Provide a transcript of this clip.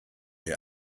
den